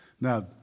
Now